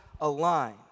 align